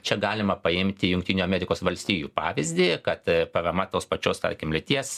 čia galima paimti jungtinių amerikos valstijų pavyzdį kad parama tos pačios tarkim lyties